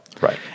right